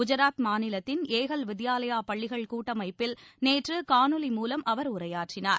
குஜாத் மாநிலத்தின் ஏகல் வித்யாலயா பள்ளிகள் கூட்டமைப்பில் நேற்று காணொலி மூலம் அவர் உரையாற்றினார்